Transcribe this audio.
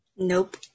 Nope